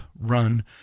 run